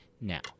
now